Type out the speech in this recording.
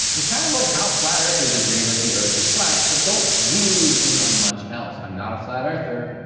it's kind of like how flat earthers agree that the earth is flat, but don't really agree on much else. i'm not a flat earther,